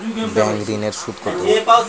Bank ঋন এর সুদ কত?